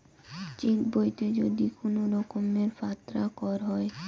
check বইতে যদি কুনো রকমের ফাত্রা কর হই